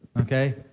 okay